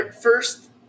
first